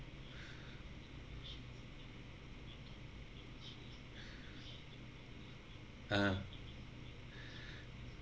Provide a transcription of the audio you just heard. ah